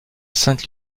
sainte